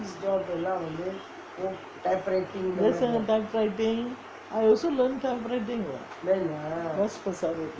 there is a typewriting I also type writing [what]